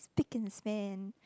pick at his name